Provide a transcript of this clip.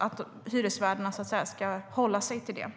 att hyresvärdarna ska hålla sig till de regler som finns i Sverige.